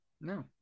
No